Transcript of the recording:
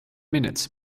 minutes